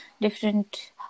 different